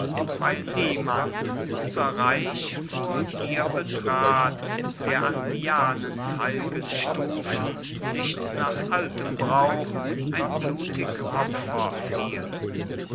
weil niemand unser reich vor dir betrat der an dianens heil'gen stufen nicht nach altem brauch ein blutig opfer fiel